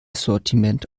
sortiment